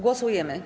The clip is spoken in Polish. Głosujemy.